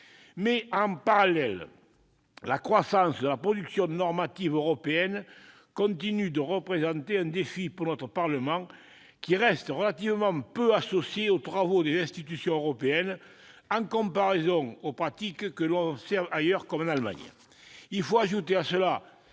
Mais, en parallèle, la croissance de la production normative européenne continue de représenter un défi pour notre parlement, qui reste relativement peu associé aux travaux des institutions européennes en comparaison des pratiques que l'on observe ailleurs, comme en Allemagne. Il faut y ajouter les